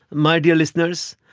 my dear listeners,